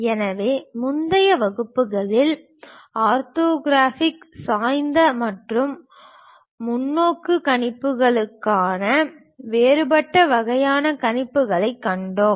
எனவே முந்தைய வகுப்புகளில் ஆர்த்தோகிராஃபிக் சாய்ந்த மற்றும் முன்னோக்கு கணிப்புகளாக வேறுபட்ட வகையான கணிப்புகளைக் கண்டோம்